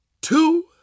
two